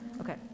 Okay